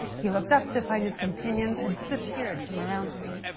he looked up to find his companions had disappeared from around him.